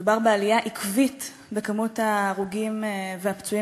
מדובר בעלייה עקבית במספר ההרוגים והפצועים